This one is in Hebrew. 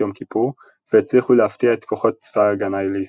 יום כיפור והצליחו להפתיע את כוחות צבא ההגנה לישראל.